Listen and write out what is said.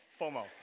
FOMO